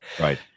right